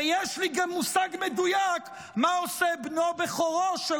ויש לי גם מושג מדויק מה עושה בנו בכורו של